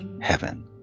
Heaven